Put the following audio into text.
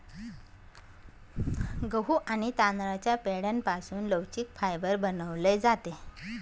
गहू आणि तांदळाच्या पेंढ्यापासून लवचिक फायबर बनवले जाते